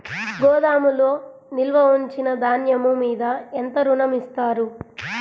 గోదాములో నిల్వ ఉంచిన ధాన్యము మీద ఎంత ఋణం ఇస్తారు?